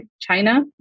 China